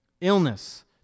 Illness